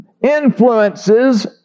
influences